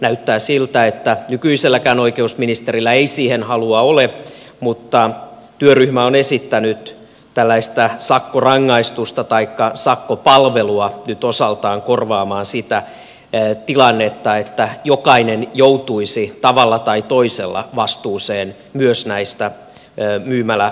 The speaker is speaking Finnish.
näyttää siltä että nykyiselläkään oikeusministerillä ei siihen halua ole mutta työryhmä on esittänyt tällaista sakkopalvelua nyt osaltaan korvaamaan sitä tilannetta niin että jokainen joutuisi tavalla tai toisella vastuuseen myös näistä myymälävarkauksista